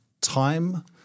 time